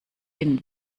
bin